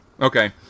okay